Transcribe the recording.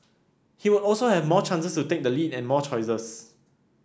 he would also have more chances to take the lead and more choices